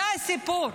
זה הסיפור.